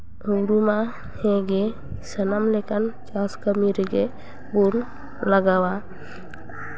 ᱦᱩᱲᱩ ᱢᱟ ᱦᱮᱸᱜᱮ ᱥᱟᱱᱟᱢ ᱞᱮᱠᱟᱱ ᱪᱟᱥ ᱠᱟᱹᱢᱤ ᱨᱮᱜᱮ ᱜᱩᱨᱤᱡ ᱞᱟᱜᱟᱣᱟ